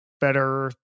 better